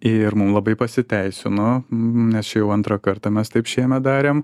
ir mum labai pasiteisino nes čia jau antrą kartą mes taip šiemet darėm